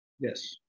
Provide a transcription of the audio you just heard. yes